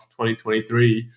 2023